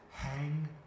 Hang